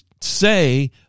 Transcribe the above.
say